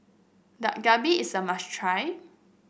Dak Galbi is a must try